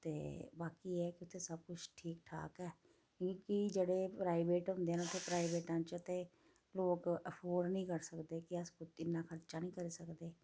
ते बाकी एह् ऐ कि उत्थै सब कुछ ठीक ठाक ऐ कि एह् जेह्ड़े प्राइवेट होंदे न ते उत्थें प्राइवेटां च ते लोक अफोर्ड नी करी सकदे कि अस इ'न्ना खर्चा नी करी सकदे